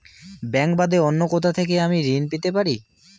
Bank বাদে অন্য কোথা থেকে আমি ঋন পেতে পারি?